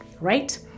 Right